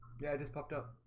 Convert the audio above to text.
yeah, it just popped up.